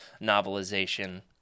novelization